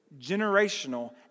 generational